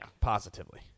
Positively